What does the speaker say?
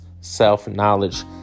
self-knowledge